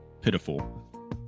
pitiful